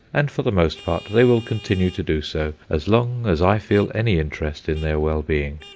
and for the most part they will continue to do so as long as i feel any interest in their well-being.